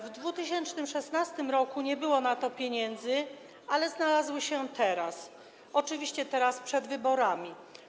W 2016 r. nie było na to pieniędzy, ale znalazły się teraz, oczywiście teraz przed wyborami.